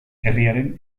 herriaren